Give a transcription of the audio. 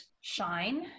shine